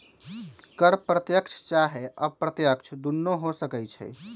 कर प्रत्यक्ष चाहे अप्रत्यक्ष दुन्नो हो सकइ छइ